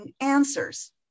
answers